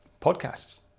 podcasts